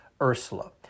Ursula